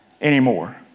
anymore